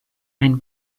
einen